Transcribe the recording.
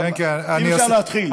אם אפשר להתחיל.